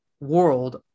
world